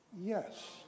Yes